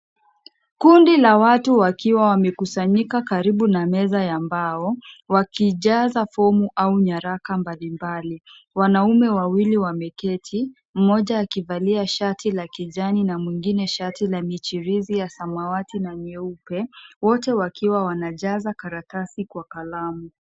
Kundi la watu wakiwa wamekusanyika karibu na meza ya mbao wakijaza fomu au nyaraka mbalimbali, wanaume wawili wameketi mmoja akivalia shati la kijani mwingine shati ya michirizi ya samawati na nyeupe wote wakiwa wanajaza karatasi kwa kalamu.